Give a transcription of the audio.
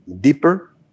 deeper